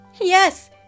Yes